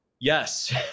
yes